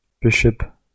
Bishop